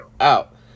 out